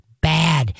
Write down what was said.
bad